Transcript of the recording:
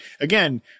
again